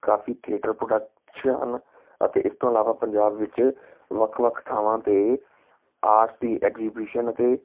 ਕਾਫੀ theatre production ਅਤੇ ਇਸ ਤੋਂ ਇਲਾਵਾ ਪੰਜਾਬ ਵਿੱਚ ਵੱਖ ਵੱਖ ਥਾਵਾਂ 'ਤੇ ਆਰਟਸ ਦੀ ਐਗਜੀਬਿਸ਼ਨ ਅਤੇ